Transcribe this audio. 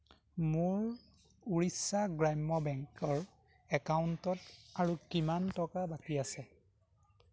মোৰ ওড়িশা গ্ৰাম্য বেংকৰ একাউণ্টত আৰু কিমান টকা বাকী আছে